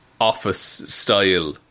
office-style